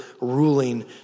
ruling